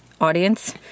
audience